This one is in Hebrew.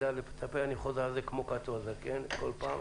אני חוזר על זה כמו קאטו הזקן כל פעם,